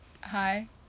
Hi